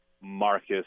Marcus